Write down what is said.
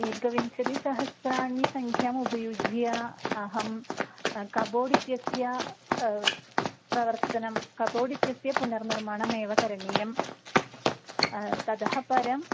एकविंशतिसहस्राणि सङ्ख्यामुपयुज्य अहं कबोर्ड् इत्यस्य प्रवर्तनं कबोर्ड् इत्यस्य पुनर्निर्माणमेव करणीयं ततःपरम्